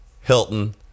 Hilton